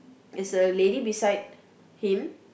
there's a lady beside him